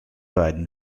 beiden